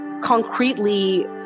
concretely